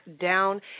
down